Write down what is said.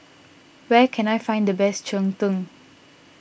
where can I find the best Cheng Tng